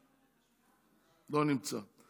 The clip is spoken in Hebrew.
לא נמצא,